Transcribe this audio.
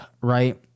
right